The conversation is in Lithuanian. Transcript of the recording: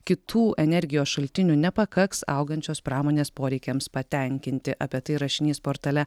kitų energijos šaltinių nepakaks augančios pramonės poreikiams patenkinti apie tai rašinys portale